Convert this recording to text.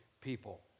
people